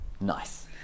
Nice